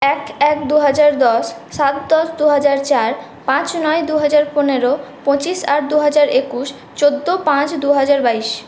এক এক দুহাজার দশ সাত দশ দুহাজার চার পাঁচ নয় দুহাজার পনেরো পচিঁশ আট দুহাজার একুশ চোদ্দো পাঁচ দুহাজার বাইশ